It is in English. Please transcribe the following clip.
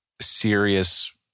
serious